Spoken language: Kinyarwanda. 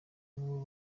n’inkumi